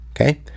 okay